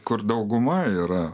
kur dauguma yra